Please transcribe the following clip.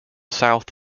south